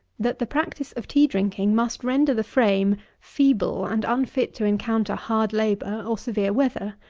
that the practice of tea drinking must render the frame feeble and unfit to encounter hard labour or severe weather,